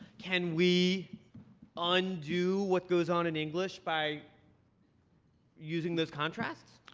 can we undo what goes on in english by using those contrasts?